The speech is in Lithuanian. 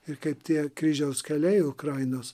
ir kaip tie kryžiaus keliai ukrainos